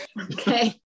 Okay